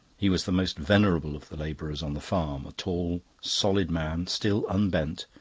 he was the most venerable of the labourers on the farm a tall, solid man, still unbent,